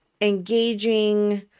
engaging